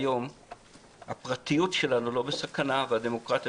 היום הפרטיות שלנו לא בסכנה והדמוקרטיה